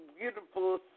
beautiful